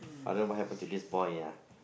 I don't know what happen to this boy ah